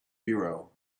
biro